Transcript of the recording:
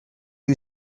you